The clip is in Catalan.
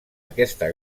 aquesta